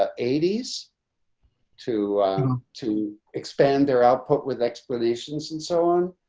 ah eighty s to to expand their output with explanations and so on.